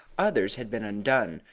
others had been undone,